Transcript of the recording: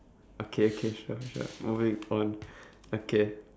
okay okay sure sure moving on okay